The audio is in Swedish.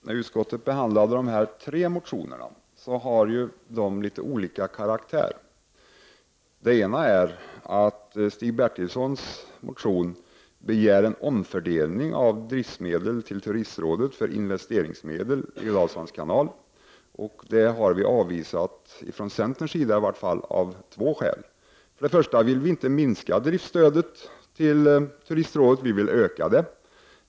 Herr talman! De tre motioner som utskottet har behandlat har litet olika karaktär. I Stig Bertilssons motion begärs en omfördelning av driftsmedel till turistrådet så att investeringsmedel kan anslås till Dalslands kanal. Det har vi i varje fall från centerns sida avvisat, av två enkla skäl. För det första vill vi inte att driftsstödet till turistrådet skall minska utan vi vill att det ökas.